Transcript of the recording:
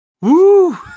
Woo